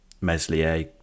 Meslier